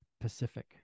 Pacific